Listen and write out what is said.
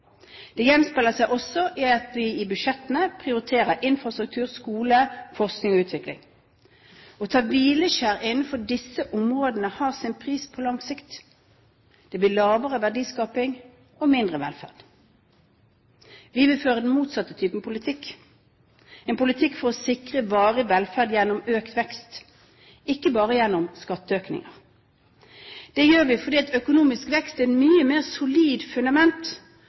Det gjenspeiler seg også i at vi i budsjettene prioriterer infrastruktur, skole, forskning og utvikling. Å ta hvileskjær innenfor disse områdene har sin pris på lang sikt. Det blir lavere verdiskaping og mindre velferd. Vi vil føre den motsatte typen politikk, en politikk for å sikre varig velferd gjennom økt vekst, ikke bare gjennom skatteøkninger. Det gjør vi fordi økonomisk vekst er et mye mer solid fundament